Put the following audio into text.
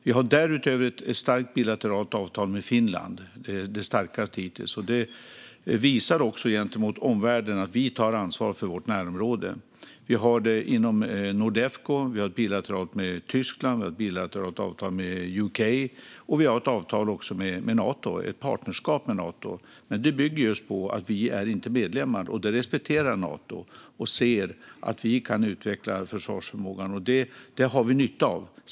Vi har därutöver ett starkt bilateralt avtal med Finland, det starkaste hittills, och det visar också gentemot omvärlden att vi tar ansvar för vårt närområde. Vi har samarbete inom Nordefco, ett bilateralt avtal med Tyskland och ett bilateralt avtal med UK. Vi har ett avtal också med Nato, ett partnerskap med Nato, men det bygger just på att vi inte är medlemmar. Detta respekterar Nato. Man ser att vi kan utveckla försvarsförmågan, och det har vi nytta av.